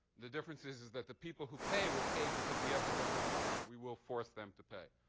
the difference is is that the people who pay will pay because we have the gun also. we will force them to pay.